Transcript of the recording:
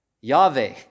Yahweh